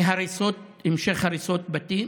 מהמשך הריסות הבתים,